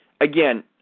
again